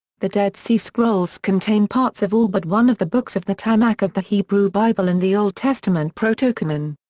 the dead sea scrolls contain parts of all but one of the books of the tanakh of the hebrew bible and the old testament protocanon.